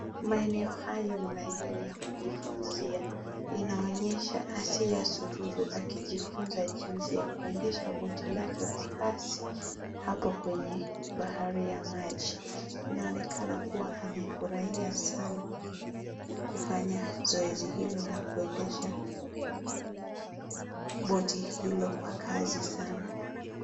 Maeneo hayo ni maeneo ya kujifunzia. Inaonyesha Asia Sururu akijifunza jinsi ya kuendesha boti lake kwa kasi, hapo kwenye bahari ya maji. Inaonekana kua amefurahia sanaa kufanya zoezi hilo la kuendesha boti hilo kwa kasi sanaa.